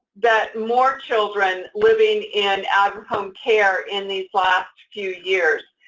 that more children living in out-of-home care in these last few years.